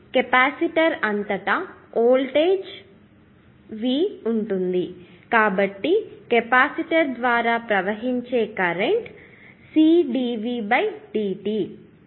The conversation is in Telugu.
కాబట్టి కెపాసిటర్ అంతటా వోల్టేజ్ ఇప్పటికీ V ఉంటుంది కాబట్టి కెపాసిటర్ ద్వారా ప్రవహించే కరెంట్ CdV dt